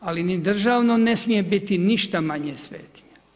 Ali ni državno ne smije biti ništa manje svetinja.